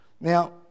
Now